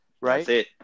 right